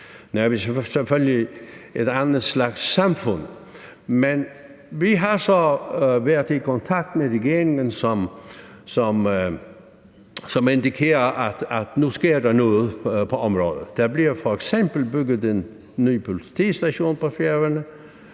er vi selvfølgelig et andet slags samfund, men vi har så været i kontakt med regeringen, som indikerer, at nu sker der noget på området. Der bliver f.eks. bygget en ny politistation på Færøerne,